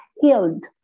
healed